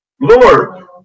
Lord